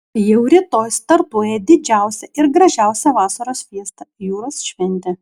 jau rytoj startuoja didžiausia ir gražiausia vasaros fiesta jūros šventė